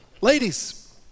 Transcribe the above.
Ladies